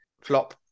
flop